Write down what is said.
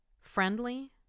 friendly